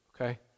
okay